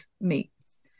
meets